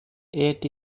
ate